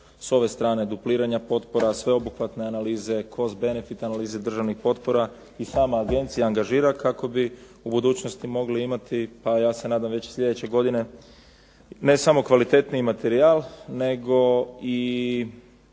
s ove strane dupliranja potpora, sveobuhvatne analize, cost benefit analize državnih potpora i sama agencija angažira kako bi u budućnosti mogli imati, pa ja se nadam već i sljedeće godine, ne samo kvalitetniji materijal nego i